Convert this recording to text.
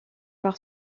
par